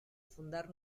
fundar